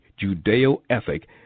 Judeo-ethic